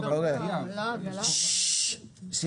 אם כבר עושים סדר במסלולים, אז